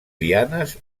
lianes